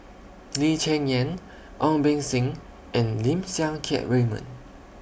Lee Cheng Yan Ong Beng Seng and Lim Siang Keat Raymond